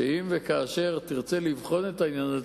שאם וכאשר תרצה לבחון את העניין הזה,